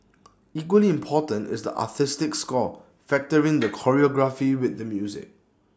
equally important is the artistic score factoring the choreography with the music